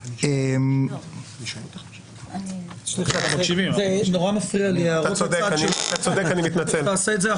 יש גם סמכויות נוספות של שרי האוצר פרטניות שהשאירו